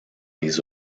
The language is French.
les